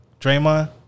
Draymond